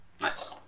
Nice